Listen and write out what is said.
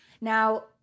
Now